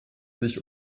sich